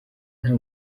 nta